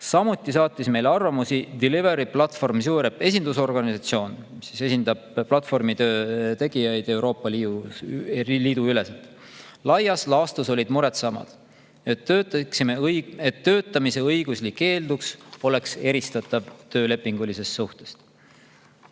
Samuti saatis meile arvamusi Delivery Platforms Europe, organisatsioon, mis esindab platvormitöö tegijaid Euroopa Liidu üleselt. Laias laastus olid mured samad, et töötamise õiguslik eeldus oleks eristatav töölepingulisest suhtest. Neljas